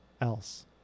else